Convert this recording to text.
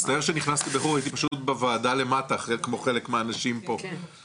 למצוא את האנשים ולתת בעיקר בהתחלה,